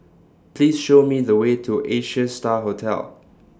Please Show Me The Way to Asia STAR Hotel